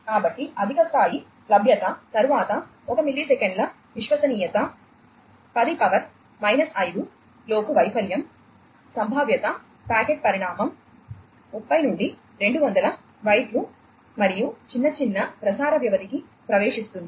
కాబట్టి అధిక స్థాయి లభ్యత తరువాత 1 మిల్లీసెకన్ల విశ్వసనీయత 10 పవర్ మైనస్ 5 లోపు వైఫల్యం సంభావ్యత ప్యాకెట్ పరిమాణం ముప్పై నుండి 200 బైట్లు మరియు చిన్న చిన్న ప్రసార వ్యవధికి ప్రవేశిస్తుంది